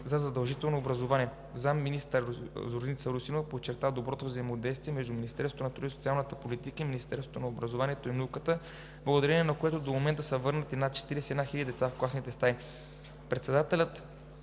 за задължително образование. Заместник-министър Зорница Русинова подчерта доброто взаимодействие между Министерството на труда и социалната политика и Министерството на образованието и науката, благодарение на което до момента са върнати над 41 хиляди деца в класните стаи.